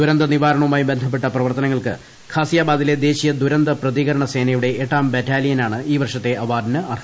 ദുരന്ത നിവാരണവുമായി ബന്ധപ്പെട്ട പ്രവർത്തനങ്ങൾക്ക് ഘാസിയാബാദിലെ ദേശീയ ദുരന്ത പ്രതികരണ സേനയുടെ എട്ടാം ബറ്റാലിയനാണ് ഈ വർഷത്തെ അവാർഡിന് അർഹരായത്